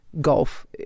golf